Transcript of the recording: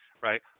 right